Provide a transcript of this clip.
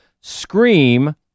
Scream